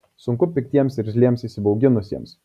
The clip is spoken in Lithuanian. sunku piktiems irzliems įsibauginusiems